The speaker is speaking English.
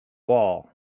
wall